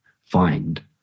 find